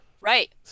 Right